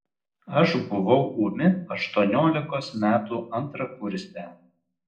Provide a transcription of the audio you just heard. aš buvau ūmi aštuoniolikos metų antrakursė